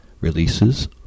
releases